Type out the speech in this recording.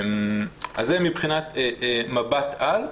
אז זה מבחינת מבט על,